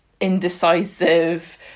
indecisive